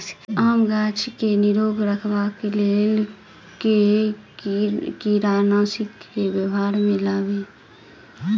आमक गाछ केँ निरोग रखबाक लेल केँ कीड़ानासी केँ व्यवहार मे लाबी?